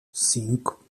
cinco